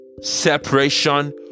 Separation